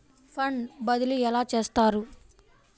Fund బదిలీ ఎలా చేస్తారు?